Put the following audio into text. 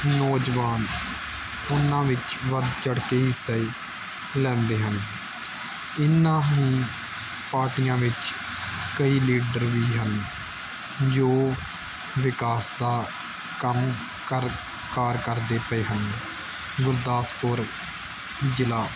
ਨੌਜਵਾਨ ਉਹਨਾਂ ਵਿੱਚ ਵੱਧ ਚੜ੍ਹ ਕੇ ਹਿੱਸਾ ਲੈਂਦੇ ਹਨ ਇਹਨਾਂ ਹੀ ਪਾਰਟੀਆਂ ਵਿੱਚ ਕਈ ਲੀਡਰ ਵੀ ਹਨ ਜੋ ਵਿਕਾਸ ਦਾ ਕੰਮ ਕਰ ਕਾਰ ਕਰਦੇ ਪਏ ਹਨ ਗੁਰਦਾਸਪੁਰ ਜ਼ਿਲ੍ਹਾ